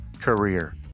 career